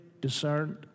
discerned